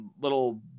little